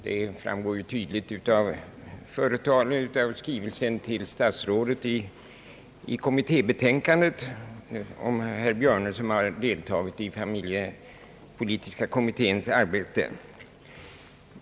Detta framgår ju tydligt av den till betänkandet fogade skrivelsen till statsrådet att herr Björne har deltagit i familjepolitiska kommitténs arbete.